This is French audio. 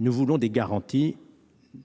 Nous avons inscrit des garanties